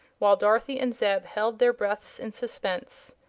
while dorothy and zeb held their breaths in suspense.